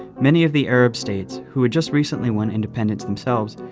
many of the arab states, who had just recently won independence themselves,